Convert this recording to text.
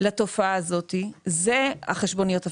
לתופעה הזאת, אלה הן החשבוניות הפיקטיביות.